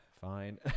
fine